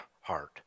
heart